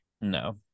no